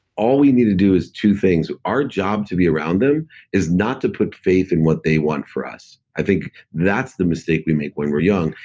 all we need to do is two things. our job to be around them is not to put faith in what they want for us. i think that's the mistake we make when we're young,